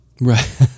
right